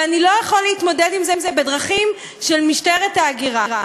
ואני לא יכול להתמודד עם זה בדרכים של משטרת ההגירה.